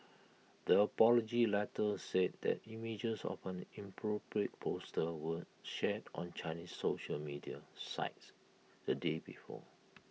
the apology letter said that images of an inappropriate poster were shared on Chinese social media sites the day before